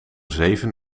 zeven